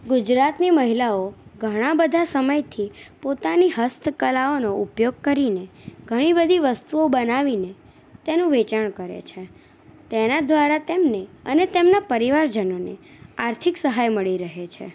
ગુજરાતની મહિલાઓ ઘણા બધા સમયથી પોતાની હસ્તકલાઓનો ઉપયોગ કરીને ઘણી બધી વસ્તુઓ બનાવીને તેનું વેચાણ કરે છે તેના દ્વારા તેમને અને તેમના પરિવારજનોને આર્થિક સહાય મળી રહે છે